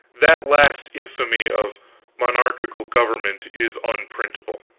that last infamy of monarchical government is unprintable